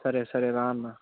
సరే సరే రా అన్నా